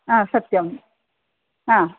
आ सत्यम् आ